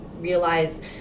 realize